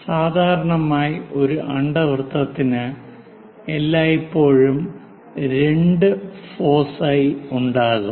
സാധാരണയായി ഒരു അണ്ഡവൃത്തത്തിന് എല്ലായ്പ്പോഴും 2 ഫോസൈ ഉണ്ടാകും